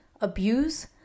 abuse